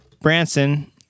Branson